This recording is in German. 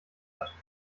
hat